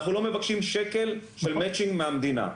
אנחנו לא מבקשים שקל של התערבות מהמדינה,